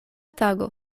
tago